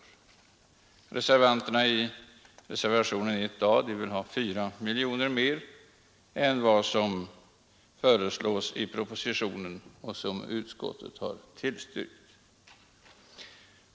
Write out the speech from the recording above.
Reservanterna bakom reservationen 1a vill ha 4 miljoner mer än vad som föreslås i propositionen och tillstyrkts av utskottet.